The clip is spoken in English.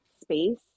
space